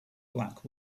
black